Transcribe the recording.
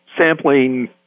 sampling